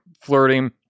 flirting